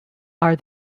are